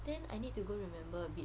then I need to go remember a bit